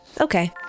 Okay